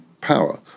power